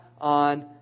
on